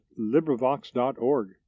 LibriVox.org